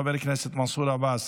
חבר הכנסת מנסור עבאס,